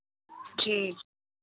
ठीक